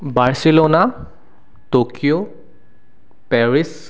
Barcelona Tokyo Paris